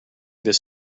this